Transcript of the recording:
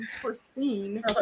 foreseen